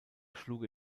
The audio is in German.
schlug